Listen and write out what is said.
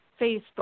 Facebook